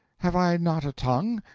have i not a tongue,